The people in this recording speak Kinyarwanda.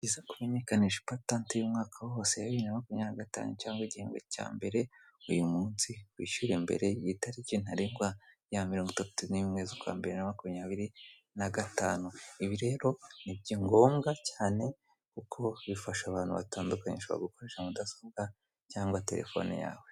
Ni byiza ko umenyekanisha ipatanti y'umwaka wose wa bibiri na makumyabiri na gatanu cyangwa igihembwe cya mbere, uyu munsi wishyure mbere y'itariki ntarengwa ya mirongo itatu nimwe z'ukwa mbere na bibiri na makumyabiri na gatanu, ibi rero biri ngombwa cyane kuko bifasha abantu batandukanye gukoresha mudasobwa cyangwa telefone yawe.